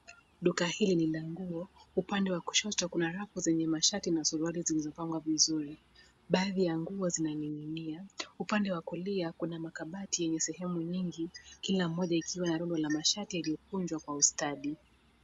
Duka hili ni la nguo. Upande wa kushoto kuna rafu zenye mashati na suruali zilizopangwa vizuri. Baadhi ya nguo zinaning'inia. Upande wa kulia kuna makabati yenye sehemu nyingi, kila moja ikiwa na rundo la mashati yaliyokunjwa kwa ustadi.